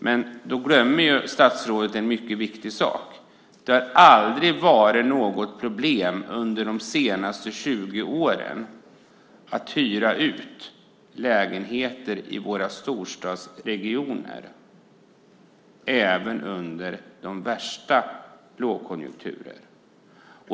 Men då glömmer statsrådet en viktig sak, nämligen att det aldrig har varit något problem under de senaste 20 åren att hyra ut lägenheter i våra storstadsregioner även under de värsta lågkonjunkturer.